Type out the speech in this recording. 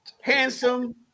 handsome